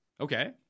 okay